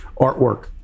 artwork